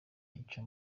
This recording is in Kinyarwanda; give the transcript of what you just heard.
yica